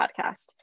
podcast